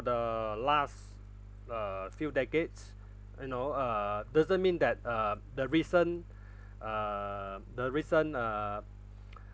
the last uh few decades you know uh doesn't mean that uh the recent uh the recent uh